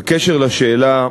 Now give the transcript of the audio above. בקשר לשאלה,